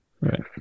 Right